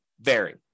vary